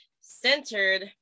centered